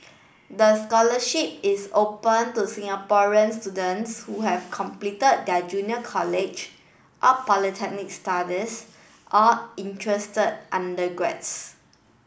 the scholarship is open to Singaporean students who have completed their junior college or polytechnic studies or interest undergraduates